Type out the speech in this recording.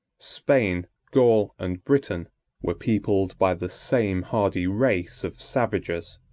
spain, gaul, and britain were peopled by the same hardy race of savages.